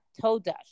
toda